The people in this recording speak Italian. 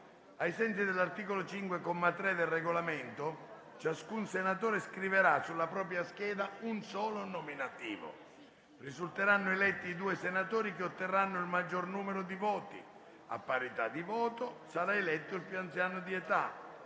Ai sensi dell'articolo 5, comma 3, del Regolamento, ciascun senatore o senatrice scriverà sulla propria scheda un solo nominativo. Risulteranno eletti i due senatori che otterranno il maggior numero di voti. A parità di voti sarà eletto il più anziano di età.